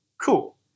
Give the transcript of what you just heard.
cool